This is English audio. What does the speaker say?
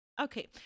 Okay